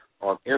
on